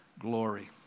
glory